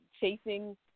chasing